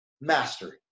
Mastery